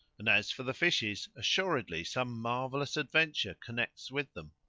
and as for the fishes, assuredly some marvellous adventure connects with them.